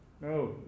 no